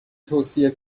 توصیه